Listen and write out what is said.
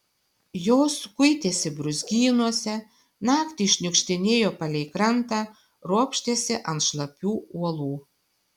jos kuitėsi brūzgynuose naktį šniukštinėjo palei krantą ropštėsi ant šlapių uolų